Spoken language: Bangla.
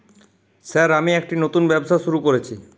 স্যার আমি একটি নতুন ব্যবসা শুরু করেছি?